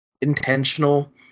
Intentional